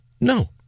No